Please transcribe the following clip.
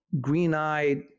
green-eyed